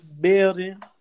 building